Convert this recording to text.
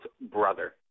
brother